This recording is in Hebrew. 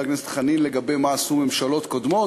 הכנסת חנין לגבי מה עשו ממשלות קודמות,